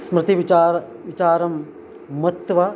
स्मृतिविचारः विचारं मत्वा